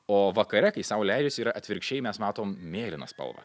o vakare kai sau leidžiasi yra atvirkščiai mes matom mėlyną spalvą